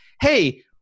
hey